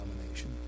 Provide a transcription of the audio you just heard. nomination